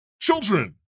Children